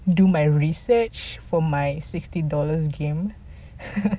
do my research for my sixty dollars game